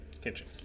Kitchen